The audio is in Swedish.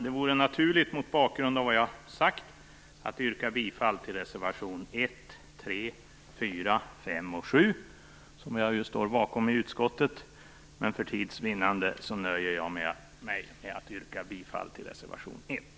Mot bakgrund av vad jag har sagt vore det naturligt att yrka bifall till reservationerna 1, 3, 4, 5 och 7, som jag står bakom i utskottet. Men för tids vinnande nöjer jag mig med att yrka bifall till reservation 1.